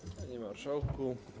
Panie Marszałku!